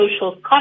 social